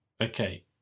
okay